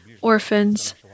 orphans